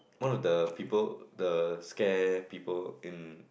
one of the people the scare people in